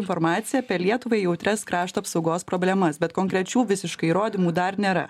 informaciją apie lietuvai jautrias krašto apsaugos problemas bet konkrečių visiškai įrodymų dar nėra